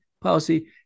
policy